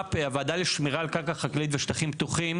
ב-ולקחש"פ הוועדה לשמירה על קרקע חקלאית ושטחים פתוחים